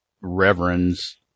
reverends